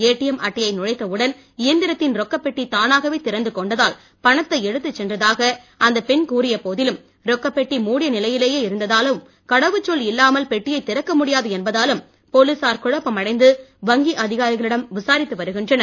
ATM அட்டையை நுழைத்த உடன் இயந்திரத்தின் ரொக்கப்பெட்டி தானாகவே திறந்துகொண்டதால் பணத்தை எடுத்துச்சென்றதாக அந்தப்பெண் கூறிய போதிலும் ரொக்கப்பெட்டி மூடிய நிலையிலேயே இருந்ததாலும் கடவுச்சொல் இல்லாமல் பெட்டியைத் திறக்கமுடியாது என்பதாலும் போலீசார் குழப்பம் அடைந்து வங்கி அதிகாரிகளிடமும் விசாரித்து வருகின்றனர்